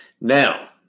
Now